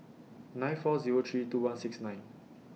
nine four Zero three two one six nine